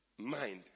mind